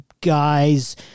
guys